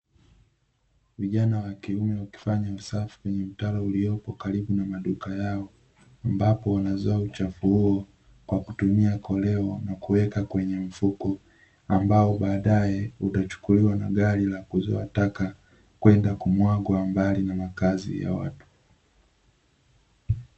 Vijana wa kiume wakifanya usafi kwenye mtaro uliopo karibu na maduka yao, ambapo wanazoa uchafu huo kwa kutumia koleo na kuweka kwenye mfuko ambao badae utachukuliwa na gari la kuzoa taka, kwenda kumwagwa mbali na makazi ya watu.